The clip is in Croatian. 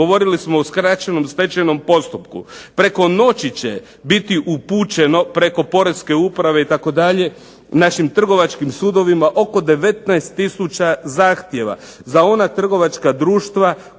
govorili smo o skraćenom stečajnom postupku. Preko noći će biti upućeno preko poreske uprave itd. našim trgovačkim sudovima oko 19 tisuća zahtjeva za ona trgovačka društva koja